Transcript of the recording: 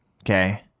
Okay